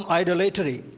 idolatry